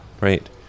Right